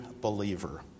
believer